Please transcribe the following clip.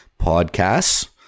podcasts